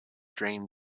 drain